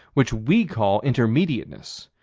which we call intermediateness,